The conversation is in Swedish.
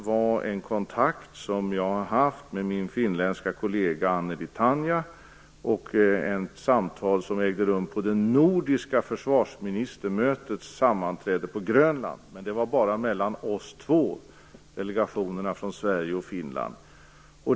Jag hade i Mariehamn kontakt med min finländska kollega Anneli Taina, och det ägde rum ett samtal på det nordiska försvarsministermötet på Grönland - det var bara mellan våra två delegationer från Sverige och Finland.